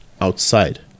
outside